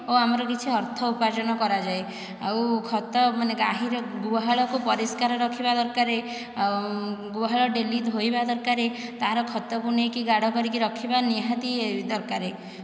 ଆଉ ଆମର କିଛି ଅର୍ଥ ଉପାର୍ଜନ କରାଯାଏ ଆଉ ଖତ ମାନେ ଗାଈର ଗୁହାଳକୁ ପରିଷ୍କାର ରଖିବା ଦରକାରେ ଗୁହାଳ ଡେଲି ଧୋଇବା ଦରକାରେ ତାର ଖତକୁ ନେଇକି ଗାଢ଼ କରିକି ରଖିବା ନିହାତି ଦରକାରେ